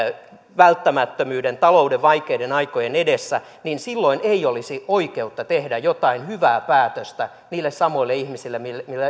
välttämättömyyden talouden vaikeiden aikojen edessä niin silloin ei olisi oikeutta tehdä jotain hyvää päätöstä niille samoille ihmisille